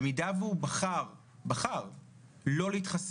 במידה והוא בחר לא להתחסן,